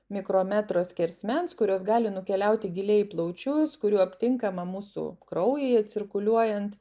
mikrometro skersmens kurios gali nukeliauti giliai į plaučius kurių aptinkama mūsų kraujyjei cirkuliuojant